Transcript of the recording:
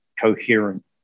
coherent